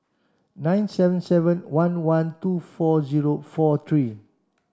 nine seven seven one one two four zero four three